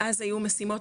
ואז היו משימות,